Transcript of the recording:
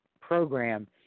program